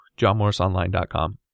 johnmorrisonline.com